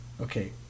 okay